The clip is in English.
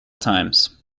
times